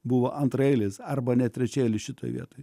buvo antraeilis arba net trečiaeilis šitoj vietoj